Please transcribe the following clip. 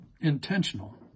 intentional